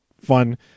fun